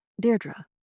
Deirdre